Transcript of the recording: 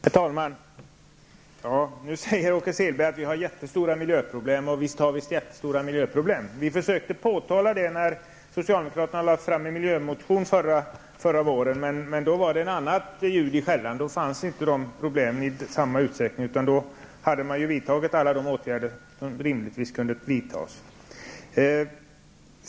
Herr talman! Nu säger Åke Selberg att vi har mycket stora miljöproblem. Det har vi. Vi försökte påtala det när socialdemokraterna lade fram ett miljöförslag förra våren. Då var det emellertid ett annat ljud i skällan. Då fanns inte dessa problem i samma utsträckning, utan då hade man vidtagit alla de åtgärder som rimligtvis kunde vidtas.